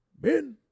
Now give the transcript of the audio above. Ben